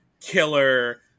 killer